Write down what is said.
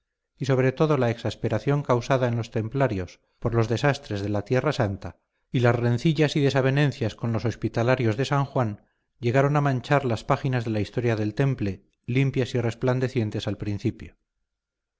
y sobre todo la exasperación causada en los templarios por los desastres de la tierra santa y las rencillas y desavenencias con los hospitalarios de san juan llegaron a manchar las páginas de la historia del temple limpias y resplandecientes al principio